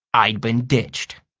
i'd been ditched.